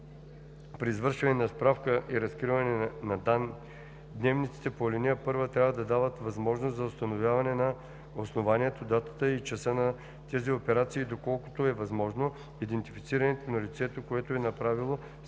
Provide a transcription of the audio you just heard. При извършване на справка или разкриване на данни дневниците по ал. 1 трябва да дават възможност за установяване на основанието, датата и часа на тези операции и доколкото е възможно – идентификацията на лицето, което е направило справката